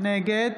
נגד